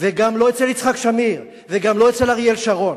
וגם לא אצל יצחק שמיר וגם לא אצל אריאל שרון.